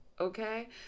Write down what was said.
Okay